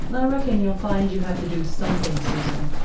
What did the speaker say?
i reckon you'll find you have to do something, susan.